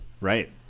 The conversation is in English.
Right